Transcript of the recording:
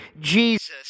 Jesus